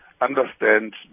understand